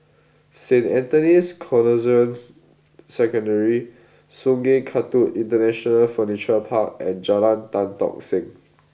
Saint Anthony's Canossian Secondary Sungei Kadut International Furniture Park and Jalan Tan Tock Seng